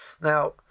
Now